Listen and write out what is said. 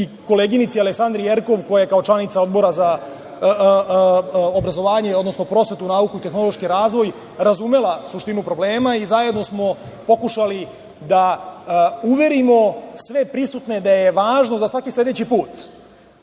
i koleginici Aleksandri Jerkov koja je kao članica Odbora za prosvetu, nauku i tehnološki razvoj razumela suštinu problema i zajedno smo pokušali da uverimo sve prisutne da je važno za svaki sledeći put